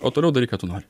o toliau daryk ką tu nori